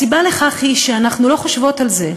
הסיבה לכך היא שאנחנו לא חושבות על זה,